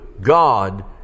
God